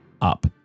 up